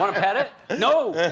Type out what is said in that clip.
um pet it? no!